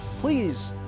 please